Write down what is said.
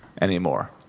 anymore